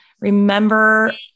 Remember